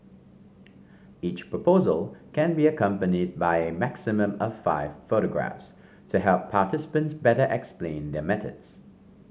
each proposal can be accompanied by a maximum of five photographs to help participants better explain their methods